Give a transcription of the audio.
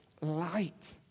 light